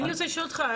אני רוצה לשאול אותך,